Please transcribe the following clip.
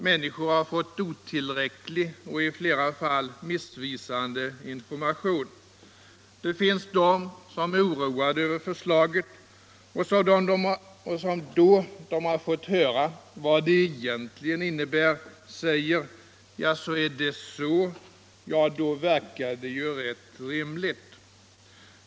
Människor har fått otillräcklig och i flera fall missvisande information. Det finns personer som varit oroade över förslaget men som då de fått höra vad det egentligen innebär säger: Jaså, om det är så, då verkar det ju rätt rimligt.